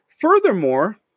Furthermore